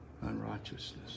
unrighteousness